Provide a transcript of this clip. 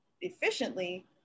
efficiently